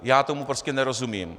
Já tomu prostě nerozumím.